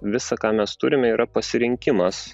visa ką mes turime yra pasirinkimas